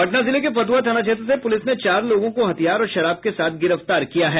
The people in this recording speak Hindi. पटना जिले के फतुहा थाना क्षेत्र से पुलिस ने चार लोगों को हथियार और शराब के साथ गिरफ्तार किया है